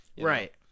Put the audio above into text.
Right